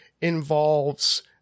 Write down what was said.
involves